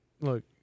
look